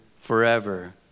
forever